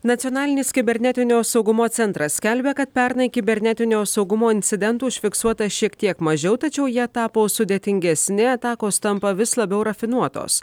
nacionalinis kibernetinio saugumo centras skelbia kad pernai kibernetinio saugumo incidentų užfiksuota šiek tiek mažiau tačiau jie tapo sudėtingesni atakos tampa vis labiau rafinuotos